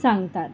सांगतात